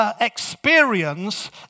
Experience